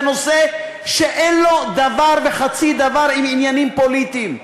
בנושא שאין לו דבר וחצי דבר עם עניינים פוליטיים.